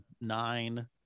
nine